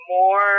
more